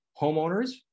homeowners